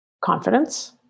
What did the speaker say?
confidence